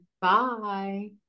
Bye